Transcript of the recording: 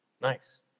Nice